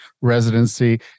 residency